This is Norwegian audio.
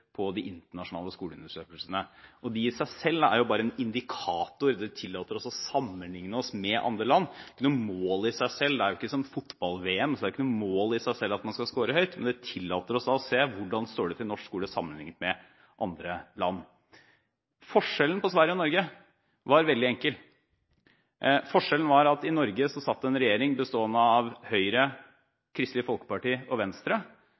på de internasjonale skoleundersøkelsene. De er i seg selv bare en indikator. Vi tillater oss å sammenligne oss med andre land. Det er ikke som fotball-VM, så det er ikke noe mål i seg selv at man skal skåre høyt, men vi tillater oss å se hvordan det står til i norsk skole sammenlignet med andre land. Forskjellen på Sverige og Norge var veldig enkel. Forskjellen var at det i Norge satt en regjering, bestående av Høyre, Kristelig Folkeparti og Venstre,